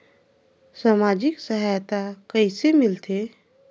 समाजिक सहायता कइसे मिलथे?